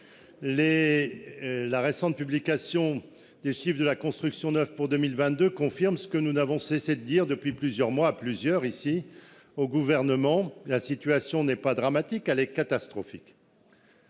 La récente publication des chiffres de la construction neuve pour 2022 confirme ce que nous n'avons cessé de dire depuis plusieurs mois à plusieurs ici au gouvernement. La situation n'est pas dramatique elle est catastrophique.